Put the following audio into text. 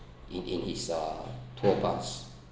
in in his uh tour bus